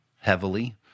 heavily